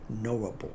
knowable